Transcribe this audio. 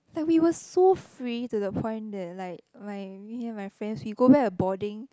like we were so free to the point that like like me and my friends we go back a boarding